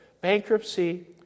Bankruptcy